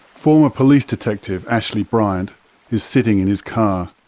former police detective ashley bryant is sitting in his car.